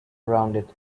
rounded